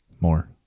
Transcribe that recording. More